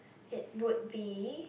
it would be